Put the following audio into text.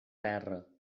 terra